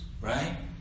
Right